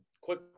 quick